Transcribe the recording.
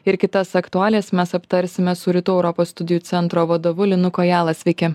ir kitas aktualias mes aptarsime su rytų europos studijų centro vadovu linu kojala sveiki